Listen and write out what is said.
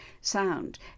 sound